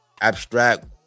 abstract